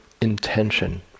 intention